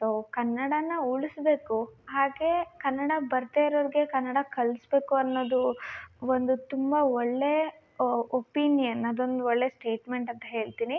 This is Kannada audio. ಸೊ ಕನ್ನಡನ ಉಳಿಸಬೇಕು ಹಾಗೆ ಕನ್ನಡ ಬರದೆ ಇರೋರಿಗೆ ಕನ್ನಡ ಕಲಿಸ್ಬೇಕು ಅನ್ನೋದು ಒಂದು ತುಂಬ ಒಳ್ಳೆ ಒಪಿನಿಯನ್ ಅದೊಂದು ಒಳ್ಳೆ ಸ್ಟೇಟ್ಮೆಂಟ್ ಅಂತ ಹೇಳ್ತೀನಿ